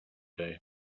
day